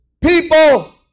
people